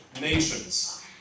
nations